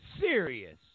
serious